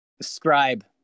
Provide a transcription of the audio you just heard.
scribe